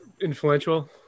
influential